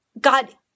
God